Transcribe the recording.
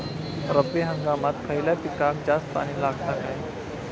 रब्बी हंगामात खयल्या पिकाक जास्त पाणी लागता काय?